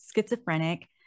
schizophrenic